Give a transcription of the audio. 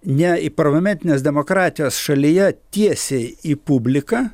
ne į parlamentinės demokratijos šalyje tiesiai į publiką